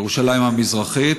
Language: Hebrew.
בירושלים המזרחית,